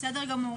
בסדר גמור.